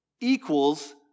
Equals